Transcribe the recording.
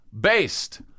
Based